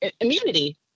immunity